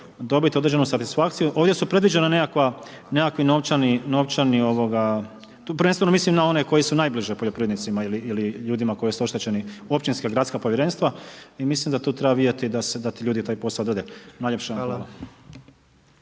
dobiti određenu statisfakciju. Ovdje su predviđena nekakvi novčani, tu prvenstveno mislim na one koji su najbliže poljoprivrednicima ili ljudima koji su oštećeni, općinska, gradska povjerenstva i mislim da tu treba vidjeti da ti ljudi taj posao .../Govornik